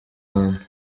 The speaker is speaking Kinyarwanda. hantu